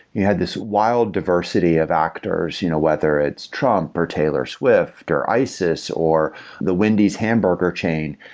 you had this wild diversity of actors, you know whether it's trump or taylor swift or isis or the wendy's hamburger chain.